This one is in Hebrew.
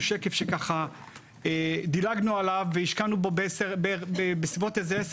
שקף שדילגנו עליו והשקענו בו סביבות 10,